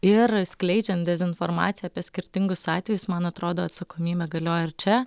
ir skleidžiant dezinformaciją apie skirtingus atvejus man atrodo atsakomybė galioja ir čia